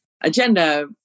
agenda